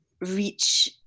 reach